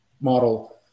model